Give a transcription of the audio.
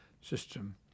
system